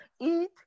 eat